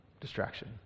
Distraction